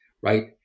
right